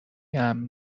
امن